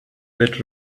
that